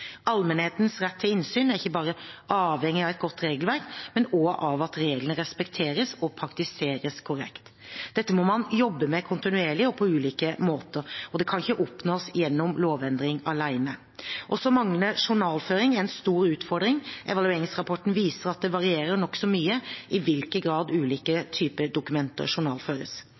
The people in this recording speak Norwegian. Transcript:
Allmennhetens rett til innsyn er avhengig av ikke bare et godt regelverk, men også at reglene respekteres og praktiseres korrekt. Dette må man jobbe med kontinuerlig og på ulike måter, og det kan ikke oppnås gjennom lovendring alene. Også manglende journalføring er en stor utfordring. Evalueringsrapporten viser at det varierer nokså mye i hvilken grad ulike typer dokumenter journalføres.